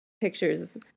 pictures